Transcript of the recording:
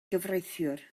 gyfreithiwr